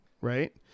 right